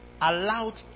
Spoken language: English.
allowed